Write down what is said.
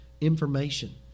information